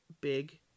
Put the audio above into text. big